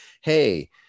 hey